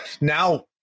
now